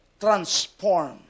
Transform